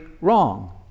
wrong